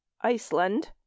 Iceland